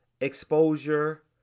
exposure